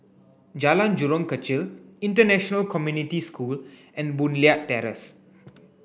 Jalan Jurong Kechil International Community School and Boon Leat Terrace